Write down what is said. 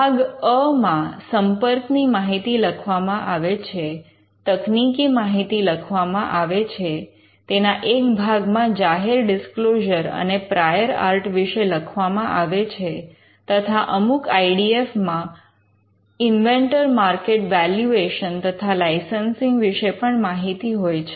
ભાગ અ માં સંપર્કની માહિતી લખવામાં આવે છે તકનિકી માહિતી લખવામાં આવે છે તેના એક ભાગમાં જાહેર ડિસ્ક્લોઝર અને પ્રાયોર આર્ટ વિશે લખવામાં આવે છે તથા અમુક આઇ ડી એફ માં ઇન્વેન્ટર માર્કેટ વૅલ્યુએશન તથા લાઇસન્સિંગ વિશે પણ માહિતી હોય છે